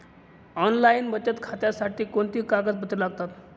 Online बचत खात्यासाठी कोणती कागदपत्रे लागतात?